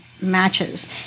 Matches